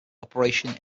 operation